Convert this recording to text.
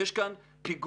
יש כאן פיגוע